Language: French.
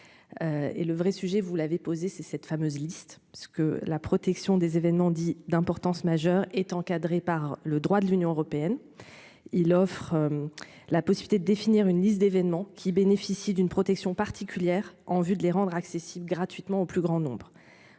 et le vrai sujet, vous l'avez posé, c'est cette fameuse liste parce que la protection des événements dits d'importance majeure est encadrée par le droit de l'Union européenne, il offre la possibilité de définir une liste d'événements qui bénéficie d'une protection particulière en vue de les rendre accessibles gratuitement, au plus grand nombre